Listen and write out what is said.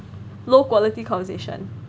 low quality conversation